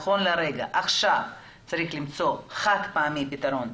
עכשיו צריך למצוא פתרון חד פעמי.